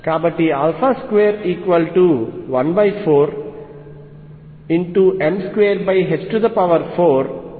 కాబట్టి 214m24Ze24π02